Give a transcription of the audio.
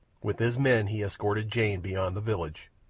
with his men, he escorted jane beyond the village,